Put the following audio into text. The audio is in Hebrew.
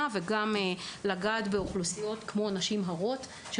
בחולים ולגעת באוכלוסיות כמו נשים הרות.